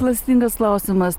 klastingas klausimas